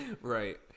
Right